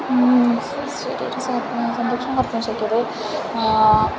स्वशरीरं संरक्षणं कर्तुं शक्यते